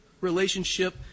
relationship